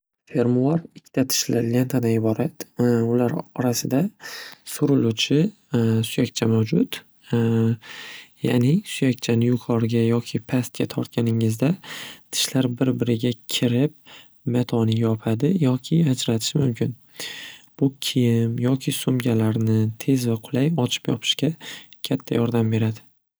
Fermuar ikkita tishli lentadan iborat. Ular orasida suruluvchi suyakcha mavjud. Ya'ni suyakchani yuqoriga yoki pastga tortganingizda tishlar bir biriga kirib matoni yopadi yoki ajratishi mumkin. Bu kiym yoki sumkalarni tez va qulay ochib yopishga katta yordam beradi.